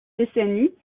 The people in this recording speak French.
décennies